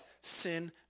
sin